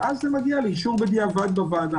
ואז זה מגיע לאישור בדיעבד בוועדה.